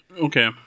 Okay